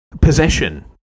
possession